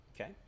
Okay